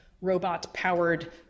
robot-powered